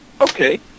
Okay